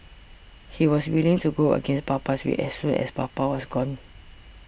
he was willing to go against papa's wish as soon as papa was gone